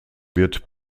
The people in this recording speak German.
wird